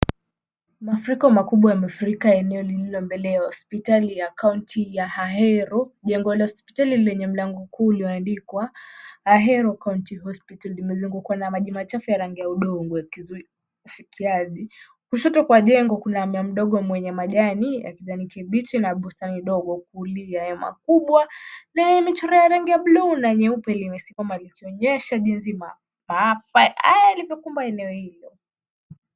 Mafuriko makubwa yamefurika eneo lililo mbele ya hospitali ya kaunti ya Ahero, jengo la hospitali lenye mlango mkuu umeandikwa Ahero County Hospital limezungukwa na maji machafu ya rangi udongo, kushoto kwa jengo kuna bamdogo mwenye majani ya kijani kibichi na bustani dogo, kulia hema kubwa na michoro ya rangi ya buluu na nyeupe limesimama likionyesha jinsi maafaa yaliyo kumba eneo hilo.